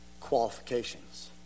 qualifications